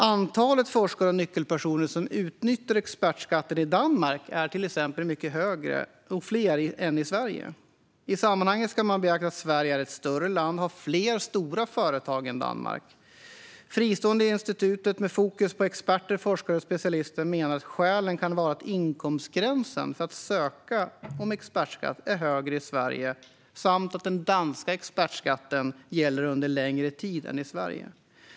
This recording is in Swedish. Antalet forskare och nyckelpersoner som utnyttjar expertskatten i Danmark är till exempel mycket större än i Sverige. I sammanhanget ska man beakta att Sverige är ett större land och har fler stora företag än Danmark. Fristående institutet med fokus på experter, forskare och specialister menar att skälen kan vara att inkomstgränsen när det gäller att ansöka om expertskatt är högre i Sverige samt att den danska expertskatten gäller under längre tid än i Sverige.